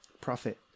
profit